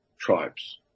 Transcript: tribes